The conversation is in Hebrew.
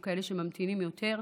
או כאלה שממתינים יותר,